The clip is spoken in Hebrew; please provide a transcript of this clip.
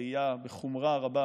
ראייה בחומרה רבה